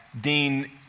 Dean